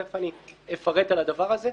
תיכף אני אפרט על הדבר הזה.